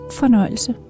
fornøjelse